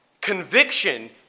conviction